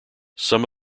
some